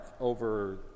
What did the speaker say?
over